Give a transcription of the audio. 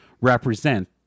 represent